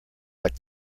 like